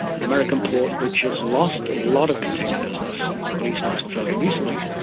an american port which has lost a lot of container business or at least until fairly recently,